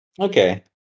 Okay